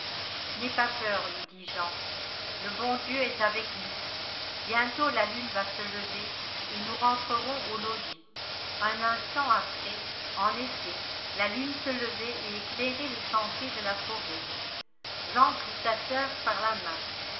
n'aie pas peur lui dit jean le bon dieu est avec nous bientôt la lune va se lever et nous rentrerons au logis un instant après en effet la lune se levait et éclairait les sentiers de la forêt jean prit sa sœur par la main